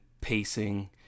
pacing